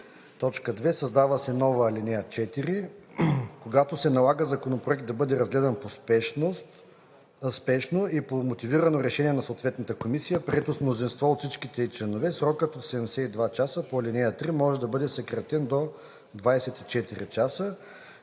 „72“. 2. Създава се нова ал. 4: „(4) Когато се налага законопроект да бъде разгледан спешно и по мотивирано решение на съответната комисия, прието с мнозинство от всичките ѝ членове, срокът от 72 часа по ал. 3 може да бъде съкратен до 24 часа.“